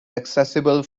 accessible